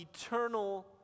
eternal